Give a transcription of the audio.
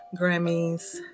Grammys